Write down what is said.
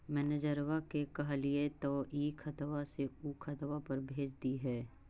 मैनेजरवा के कहलिऐ तौ ई खतवा से ऊ खातवा पर भेज देहै?